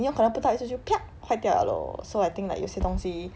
你要 connect 不到一下就 piak 坏掉了 lor so I think like 有些东西